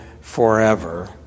forever